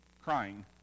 crying